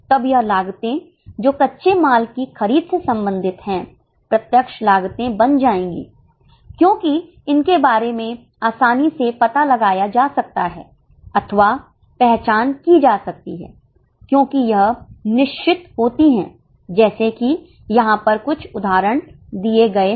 तब यह लागते जो कच्चे माल की खरीद से संबंधित हैं प्रत्यक्ष लागते बन जाएंगी क्योंकि इनके बारे में आसानी से पता लगाया जा सकता है अथवा पहचान की जा सकती है क्योंकि यह निश्चित होती हैं जैसे कि यहां पर कुछ उदाहरण दिए गए हैं